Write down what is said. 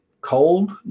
Cold